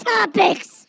Topics